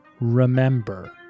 remember